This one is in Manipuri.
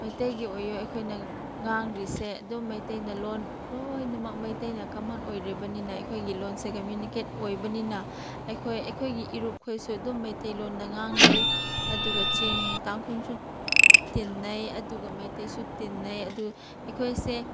ꯃꯩꯇꯩꯒꯤ ꯑꯣꯏꯌꯣ ꯑꯩꯈꯣꯏꯅ ꯉꯥꯡꯂꯤꯁꯦ ꯑꯗꯨꯝ ꯃꯩꯇꯩꯅ ꯂꯣꯟ ꯂꯣꯏꯅꯃꯛ ꯃꯩꯇꯩꯅ ꯀꯃꯟ ꯑꯣꯏꯔꯤꯕꯅꯤꯅ ꯑꯩꯈꯣꯏꯒꯤ ꯂꯣꯟꯁꯦ ꯀꯃ꯭ꯌꯨꯅꯤꯀꯦꯠ ꯑꯣꯏꯕꯅꯤꯅ ꯑꯩꯈꯣꯏ ꯑꯩꯈꯣꯏꯒꯤ ꯏꯔꯨꯞꯈꯣꯏꯁꯨ ꯑꯗꯨꯝ ꯃꯩꯇꯩꯂꯣꯟꯗ ꯉꯥꯡꯅꯩ ꯑꯗꯨꯒ ꯆꯤꯡ ꯇꯥꯡꯈꯨꯜꯁꯨ ꯇꯤꯟꯅꯩ ꯑꯗꯨꯒ ꯃꯩꯇꯩꯁꯨ ꯇꯤꯟꯅꯩ ꯑꯗꯨ ꯑꯩꯈꯣꯏꯁꯦ